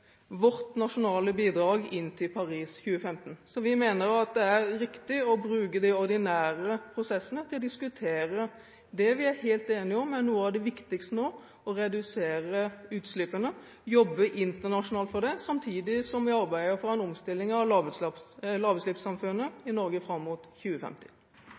vårt nasjonale bidrag inn til Paris 2015. Så vi mener det er riktig å bruke de ordinære prosessene til å diskutere det vi er helt enig om er noe av det viktigste nå, nemlig å redusere utslippene og jobbe internasjonalt for det samtidig som vi arbeider for en omstilling av lavutslippssamfunnet i Norge fram mot 2050.